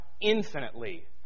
infinitely